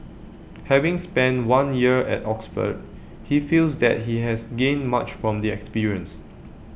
having spent one year at Oxford he feels that he has gained much from the experience